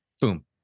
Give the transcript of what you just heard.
boom